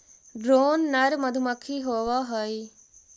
drone नर मधुमक्खी होवअ हई